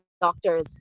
Doctors